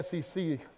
SEC